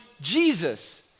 Jesus